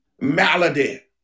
malady